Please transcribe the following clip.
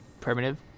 primitive